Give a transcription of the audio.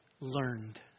learned